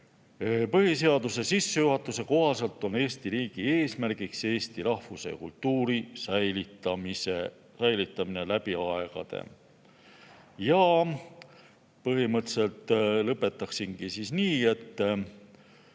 Põhiseaduse sissejuhatuse kohaselt on Eesti riigi eesmärk eesti rahvuse ja kultuuri säilitamine läbi aegade. Põhimõtteliselt lõpetaksingi nii, et